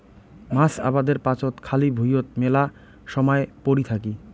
মাছ আবাদের পাচত খালি ভুঁইয়ত মেলা সমায় পরি থাকি